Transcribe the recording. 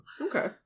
Okay